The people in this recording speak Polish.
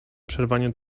przerwanie